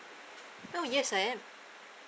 oh yes I am